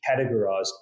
categorized